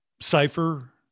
cipher